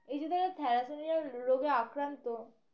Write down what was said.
এই যে থ্যালাসেমিয়া রোগে আক্রান্ত